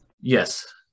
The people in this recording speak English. Yes